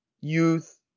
Youth